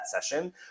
session